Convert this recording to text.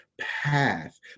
path